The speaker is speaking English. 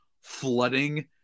flooding